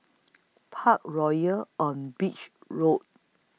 Parkroyal on Beach Road